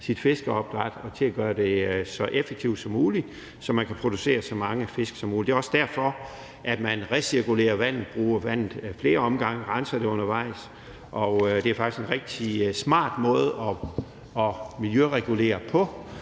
sit fiskeopdræt og til at gøre det så effektivt som muligt, så man kan producere så mange fisk som muligt. Det er også derfor, at man recirkulerer vandet, altså bruger vandet flere gange og renser det undervejs. Og det er faktisk en rigtig smart måde at miljøregulere på,